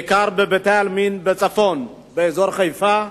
בעיקר בבתי-עלמין בצפון, באזור חיפה,